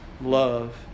love